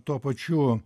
tuo pačiu